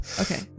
Okay